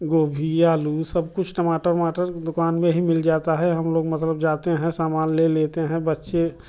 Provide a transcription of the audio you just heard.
गोभी आलू सब कुछ टमाटर उमाटर दुकान में ही मिल जाता है हम लोग मतलब जाते हैं सामान ले लेते हैं बच्चे